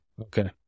Okay